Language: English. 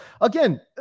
again